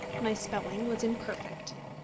my spelling was imperfect.